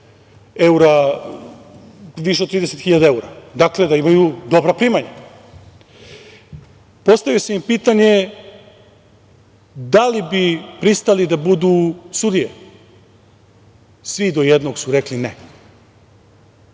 više od 30 hiljada evra, dakle da imaju dobra primanja. Postavio sam im pitanje, da li bi pristali da budu sudije? Svi do jednog su rekli